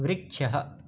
वृक्षः